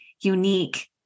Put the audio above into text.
unique